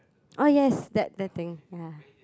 oh yes that that thing ya